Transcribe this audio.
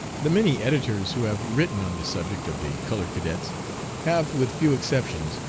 the many editors who have written on the subject of the colored cadets have, with few exceptions,